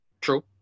true